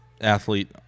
athlete